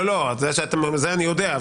זה אני יודע.